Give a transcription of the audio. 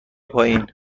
پایین